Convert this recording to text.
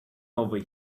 over